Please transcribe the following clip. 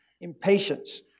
impatience